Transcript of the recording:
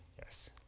Yes